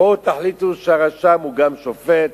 בואו תחליטו שהרשם הוא גם שופט,